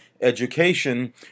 education